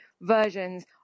versions